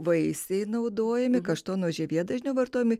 vaisiai naudojami kaštonų žievė dažniau vartojami